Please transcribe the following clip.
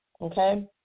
okay